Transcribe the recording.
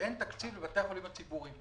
שאין תקציב לבתי החולים הציבוריים.